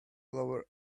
lower